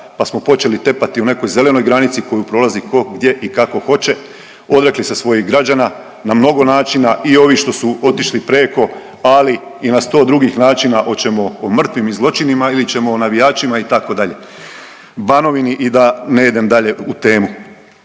pa smo počeli tepati o nekoj zelenoj granici koju prolazi tko, gdje i kako hoće. Odrekli se svojih građana na mnogo načina i ovih što su otišli preko ali i na sto drugih načina, hoćemo o mrtvim i zločinima ili ćemo o navijačima itd. Banovini i da ne idem dalje u temu.